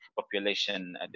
population